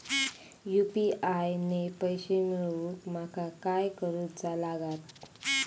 UPI ने पैशे मिळवूक माका काय करूचा लागात?